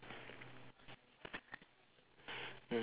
mm